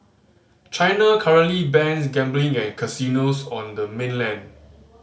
China currently bans gambling and casinos on the mainland